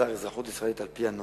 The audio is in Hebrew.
הזר אזרחות ישראלית על-פי הנוהל.